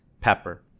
pepper